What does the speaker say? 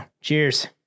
cheers